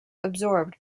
absorbed